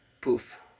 poof